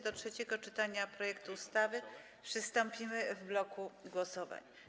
Do trzeciego czytania projektu ustawy przystąpimy w bloku głosowań.